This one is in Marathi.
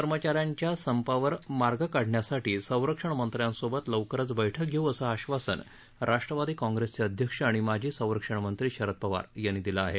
कर्मचाऱ्यांच्या संपावर मार्ग काढण्यासाठी संरक्षण मंत्र्यांबरोबर लवकरच बैठक धेऊ असं आश्वासन राष्ट्रवादी काँप्रेसचे अध्यक्ष आणि माजी संरक्षण मंत्री शरद पवार यांनी दिलं आहे